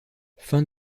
fin